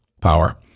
power